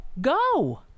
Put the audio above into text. Go